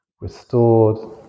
restored